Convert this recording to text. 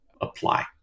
apply